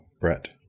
brett